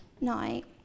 night